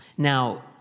Now